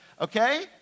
okay